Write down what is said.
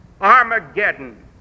Armageddon